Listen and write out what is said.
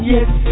Yes